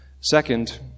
Second